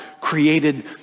created